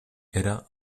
era